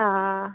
അ അ അ ആ